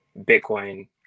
Bitcoin